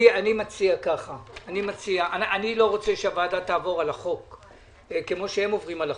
אני לא רוצה שהוועדה תעבור על החוק כפי שהם עוברים על החוק,